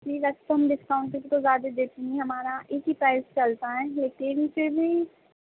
جی ویسے تو ہم ڈسکاؤنٹ کسی کو زیادہ دیتے نہیں ہیں ہمارا ایک ہی پرائس چلتا ہے لیکن بھر بھی